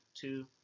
two